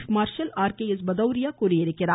்ப் marshal R K S Bhadauria தெரிவித்துள்ளார்